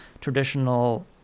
traditional